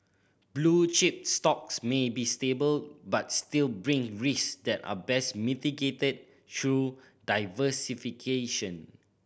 blue chip stocks may be stable but still brings risk that are best mitigated through diversification